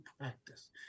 practice